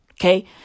Okay